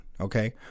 okay